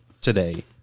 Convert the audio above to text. today